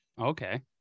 Okay